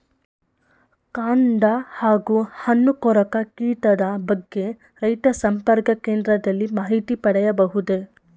ಕಾಂಡ ಹಾಗೂ ಹಣ್ಣು ಕೊರಕ ಕೀಟದ ಬಗ್ಗೆ ರೈತ ಸಂಪರ್ಕ ಕೇಂದ್ರದಲ್ಲಿ ಮಾಹಿತಿ ಪಡೆಯಬಹುದೇ?